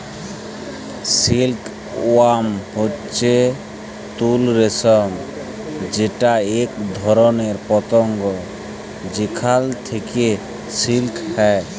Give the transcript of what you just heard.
silk worm হচ্যে তুত রেশম যেটা এক ধরণের পতঙ্গ যেখাল থেক্যে সিল্ক হ্যয়